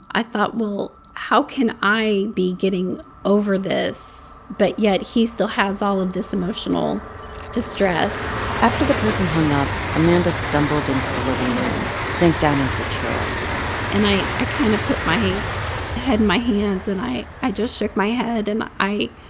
i thought, well, how can i be getting over this but yet he still has all of this emotional distress? after the person hung up, amanda stumbled into the living room, sank down into a chair and i kind of put my head in my hands. and i i just shook my head. and i